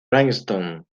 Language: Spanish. princeton